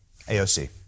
AOC